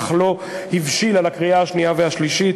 אך היא לא הבשילה לקריאה השנייה והשלישית